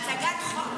להצגת חוק?